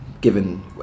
given